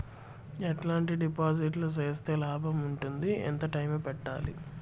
ఎట్లాంటి డిపాజిట్లు సేస్తే లాభం ఉంటుంది? ఎంత టైము పెట్టాలి?